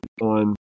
on